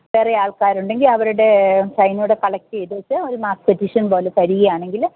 വേറെ ആൾക്കാരുണ്ടെങ്കിൽ അവരുടെ സൈനൂടെ കളക്ട് ചെയ്തിട്ട് ഒരു മാസ് പെറ്റിഷ്യൻ പോലെ തരികയാണെങ്കിൽ